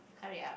hurry up